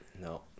No